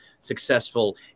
successful